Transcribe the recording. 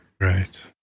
Right